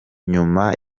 nyuma